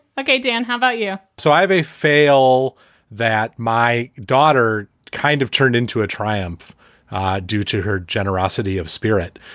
ok. dan, how about you? so i have a fail that my daughter kind of turned into a triumph due to her generosity of spirit.